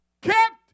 kept